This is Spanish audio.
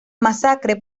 masacre